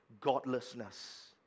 godlessness